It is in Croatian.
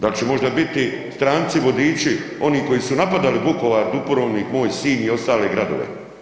Dal će možda biti stranci vodiči oni koji su napadali Vukovar, Dubrovnik, moj Sinj i ostale gradove?